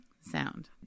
sound